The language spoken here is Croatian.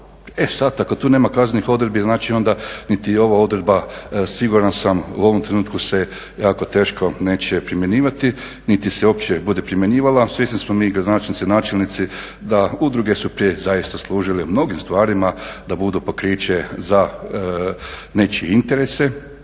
E sad, ako tu nema kaznenih odredbi znači onda niti ova odredba siguran sam u ovom trenutku se jako teško neće primjenjivati, niti se uopće bude primjenjivala. Svjesni smo mi gradonačelnici, načelnici da udruge su prije zaista služile mnogim stvarima da budu pokriće za nečije interese,